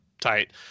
tight